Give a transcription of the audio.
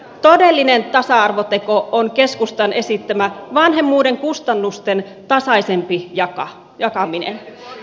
todellinen tasa arvoteko on keskustan esittämä vanhemmuuden kustannusten tasaisempi jakaminen